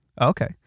Okay